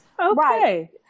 Okay